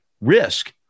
risk